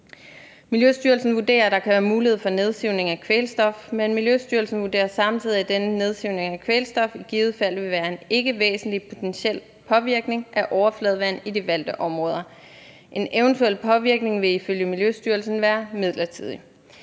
Miljøstyrelsen vurderer, at der kan være mulighed for nedsivning af kvælstof, men Miljøstyrelsen vurderer samtidig, at denne nedsivning af kvælstof i givet fald vil være en ikkevæsentlig potentiel påvirkning af overfladevand i de valgte områder. En eventuel påvirkning vil ifølge Miljøstyrelsen være midlertidig.